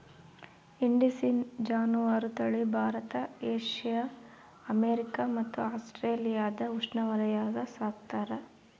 indicine ಜಾನುವಾರು ತಳಿ Bharat Asia America ಮತ್ತು ಆಸ್ಟ್ರೇಲಿಯಾದ ಉಷ್ಣವಲಯಾಗ ಸಾಕ್ತಾರ